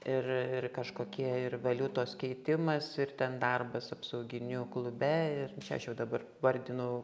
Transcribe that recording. ir ir kažkokie ir valiutos keitimas ir ten darbas apsauginiu klube ir aš jau dabar vardinu